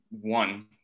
one